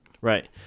Right